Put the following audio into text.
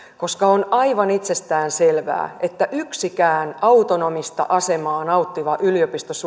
koska on aivan itsestään selvää että yksikään autonomista asemaa nauttiva yliopisto